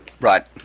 right